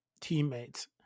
teammates